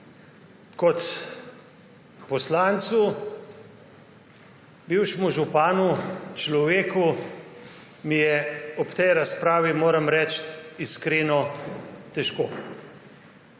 Kot poslancu, bivšemu županu, človeku mi je ob tej razpravi, moram reči, iskreno težko.